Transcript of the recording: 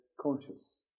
conscious